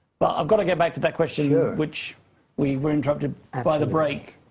but i've got to get back to that question which we were interrupted by the break.